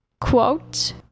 Quote